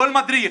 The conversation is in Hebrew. כל מדריך,